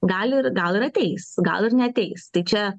gali ir gal ir ateis gal ir neateis tai čia